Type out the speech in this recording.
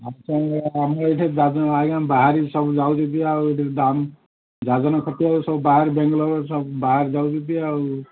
ଆଛା ଆମର ଏଠି ଆଜ୍ଞା ବାହାରେ ସବୁ ଯାଉଛନ୍ତି ଆଉ ଏଠି ଦାଦନ ଖଟିବାକୁ ସବୁ ବାହାରେ ବେଙ୍ଗାଲୋର ସବୁ ବାହାରେ ଯାଉଛନ୍ତି ଆଉ